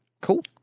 Cool